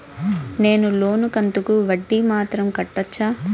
నేను లోను కంతుకు వడ్డీ మాత్రం కట్టొచ్చా?